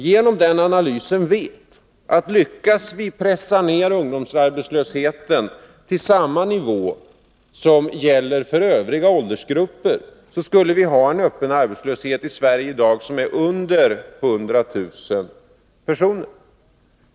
Genom den analysen vet vi att lyckades vi pressa ned ungdomsarbetslösheten till samma nivå som gäller för övriga åldersgrupper, skulle vi ha en öppen arbetslöshet i Sverige i dag som omfattade mindre än 100 000 personer.